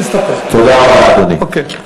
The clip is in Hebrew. תודה רבה, אדוני.